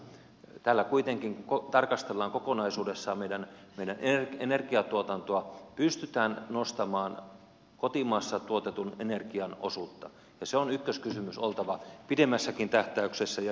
tällä kuitenkin tarkastellaan kokonaisuudessaan meidän energiantuotantoa pystytään nostamaan kotimaassa tuotetun energian osuutta ja sen on ykköskysymys oltava pidemmässäkin tähtäyksessä ja juoksussa